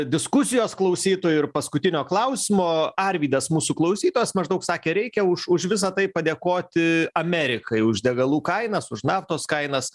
diskusijos klausytojų ir paskutinio klausimo arvydas mūsų klausytojas maždaug sakė reikia už už visa tai padėkoti amerikai už degalų kainas už naftos kainas